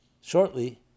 shortly